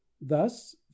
thus